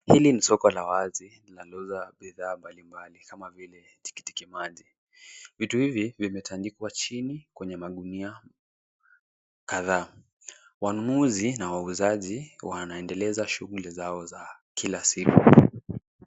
Hili ni soko la wasi, linalouza bidhaa mbali mbali kama vile tikiti maji, vitu hivi vimetandikwa jini kwenye magunia kadhaa, wanunuzi na wauzaji wanaendeleza shughuli zao za kila siku.